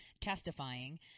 testifying